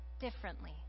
differently